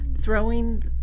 throwing